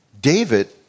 David